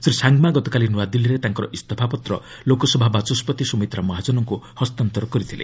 ଶ୍ରୀ ସାଙ୍ଗମା ଗତକାଲି ନ୍ତଆଦିଲ୍ଲୀରେ ତାଙ୍କର ଇସ୍ତଫାପତ୍ର ଲୋକସଭା ବାଚସ୍କତି ସ୍ୱମିତ୍ରା ମହାଜନଙ୍କୁ ହସ୍ତାନ୍ତର କରିଥିଲେ